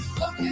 Look